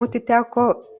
atiteko